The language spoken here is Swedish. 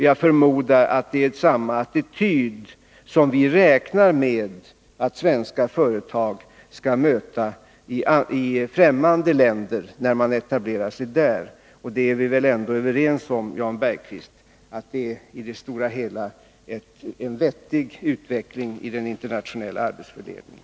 Jag förmodar att detta är den attityd som vi räknar med att svenska företag skall möta i ffrämmande länder, när de etablerar sig där. Vi är väl ändå överens, Jan Bergqvist, om att detta i det stora hela är en vettig utveckling i den internationella arbetsfördelningen.